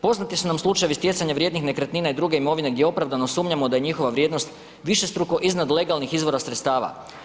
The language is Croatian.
Poznati su nam slučajevi stjecanja vrijednih nekretnina i druge imovine gdje opravdano sumnjamo da je njihova vrijednost višestruko iznad legalnih sredstava.